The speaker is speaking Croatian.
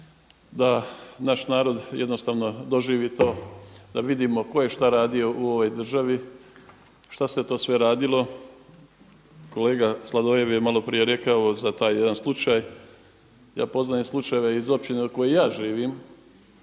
da naš narod jednostavno doživi to, da vidimo tko je šta radio u ovoj državi, šta se to sve radilo. Kolega Sladoljev je maloprije rekao za taj jedan slučaj. Ja poznajem slučajeve iz općine u kojoj ja živim,